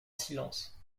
silence